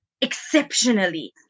exceptionally